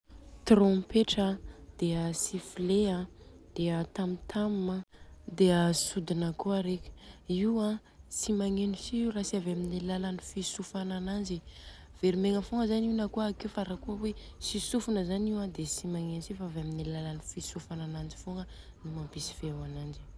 Trompetra an, a sifle an de a tamtam an de a sodina kôa reka, io an tsy magneno si Io ra tsy avy amin'ny alalan'ny fisofana ananjy, very megna fogna zany Io rakôa akeo fa ra kôa hoe tsy sofina zany Io a de tsy magneno si fa avy amin'ny alalan'ny fisofana ananjy fogna no mampisy feo ananjy.